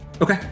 Okay